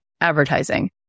advertising